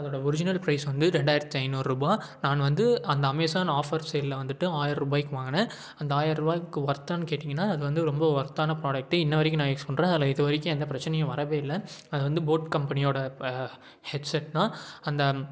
அதோட original price வந்து ரெண்டாயிரத்தி ஐநூறுபா நான் வந்து அந்த அமேஸான் ஆஃபர்ஸ் சைட்டில் வந்துட்டு ஆயிர்ரூபாக்கு வாங்கினேன் அந்த ஆயிர்ரூவாய்க்கு ஒர்த்தானு கேட்டிங்கன்னால் அது வந்து ரொம்ப ஒர்த்தான ப்ராடக்ட்டு இன்று வரைக்கும் நான் யூஸ் பண்ணுறேன் அதில் இது வரைக்கும் எந்த பிரச்சினையும் வரவே இல்லை அதை வந்து போட் கம்பெனியோடய ஹெட்செட் தான் அந்த